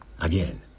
Again